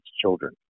children